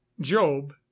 job